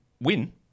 win